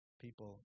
People